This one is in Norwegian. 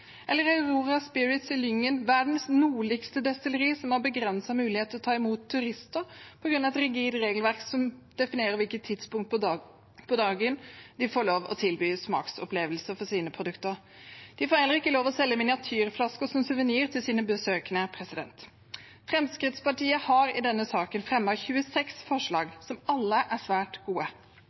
i Lyngen, verdens nordligste destilleri, som har begrenset mulighet til å ta imot turister på grunn av et rigid regelverk som definerer hvilke tidspunkt på dagen de får lov til å tilby smaksopplevelser for sine produkter. De får heller ikke lov til å selge miniatyrflasker som suvenir til sine besøkende. Fremskrittspartiet har i denne saken fremmet 26 forslag, som alle er svært gode.